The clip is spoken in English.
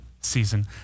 season